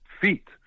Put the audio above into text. feet